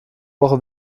woche